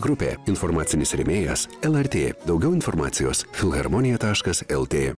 grupė informacinis rėmėjas lrt daugiau informacijos filharmonija taškas lt